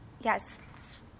yes